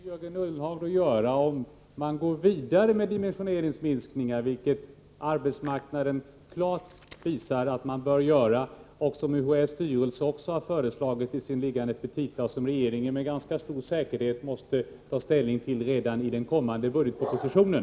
Herr talman! Vad tänker Jörgen Ullenhag göra om man nu går vidare med dimensioneringsminskningar, vilket arbetsmarknaden klart visar att man bör göra? Även UHÄ:s styrelse har föreslagit detta i sin inlämnade petita, som regeringen måste ta ställning till redan i den kommande budgetpropositionen.